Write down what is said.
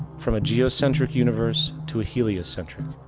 from a geocentric universe to a heliocentric,